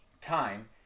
Time